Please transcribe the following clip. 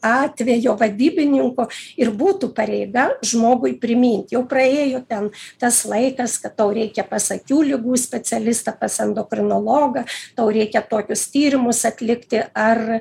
atvejo vadybininko ir būtų pareiga žmogui primint jau praėjo ten tas laikas kad tau reikia pas akių ligų specialistą pas endokrinologą tau reikia tokius tyrimus atlikti ar